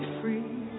free